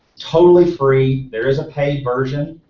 totally free, there is a paid version